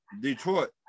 Detroit